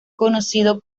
conocido